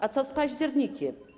A co z październikiem?